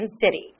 City